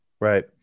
Right